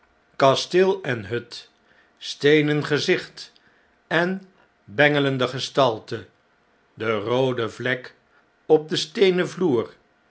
kasteel en hut steenen gezicht en bengelende gestalte de roode vlek op den steenen vloer